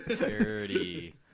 Dirty